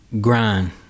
grind